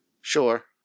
Sure